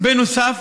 כך